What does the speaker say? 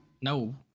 No